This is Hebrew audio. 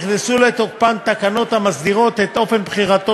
נכנסו לתוקפן תקנות המסדירות את אופן בחירתו